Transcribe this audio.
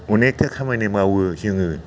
अनेगथा खामानि मावो जोङो